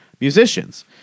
musicians